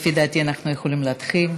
לפי דעתי, אנחנו יכולים להתחיל.